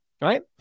right